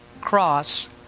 cross